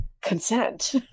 consent